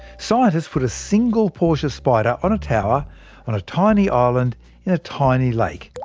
scientists put a single portia spider on a tower on a tiny island in a tiny lake,